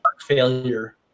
failure